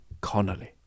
Connolly